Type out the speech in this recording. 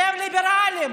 שהם ליברלים,